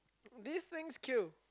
this things kill